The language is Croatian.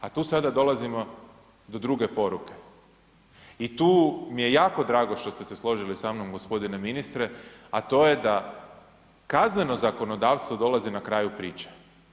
A tu sada dolazimo do druge poruke i tu mi je jako drago što ste se složi sa mnom gospodine ministre, a to je da kazneno zakonodavstvo dolazi na kraju priče.